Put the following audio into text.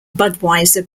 budweiser